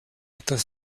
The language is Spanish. estos